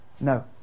No